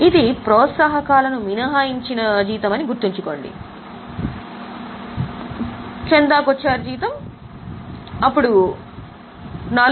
ఇది ప్రోత్సాహకాలను మినహాయించిందని గుర్తుంచుకోండి ఇది చందా కొచ్చర్కు నగదు జీతం 4